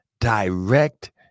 direct